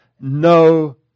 No